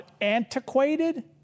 antiquated